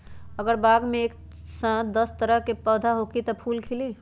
अगर बाग मे एक साथ दस तरह के पौधा होखि त का फुल खिली?